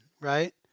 right